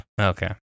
Okay